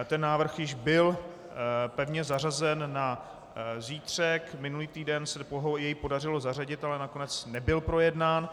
Ten návrh již byl pevně zařazen na zítřek, minulý týden se jej podařilo zařadit, ale nakonec nebyl projednán.